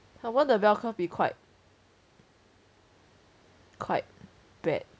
!huh! won't the bell curve be quite quite bad